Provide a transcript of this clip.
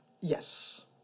Yes